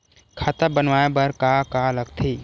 खाता बनवाय बर का का लगथे?